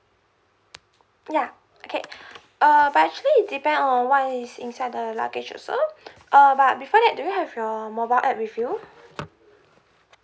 yeah okay uh but actually depend on what is inside the luggage also err but before that do you have your mobile app with you